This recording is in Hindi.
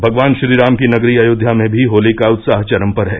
भगवान श्रीराम की नगरी अयोध्या में भी होली का उत्साह चरम पर है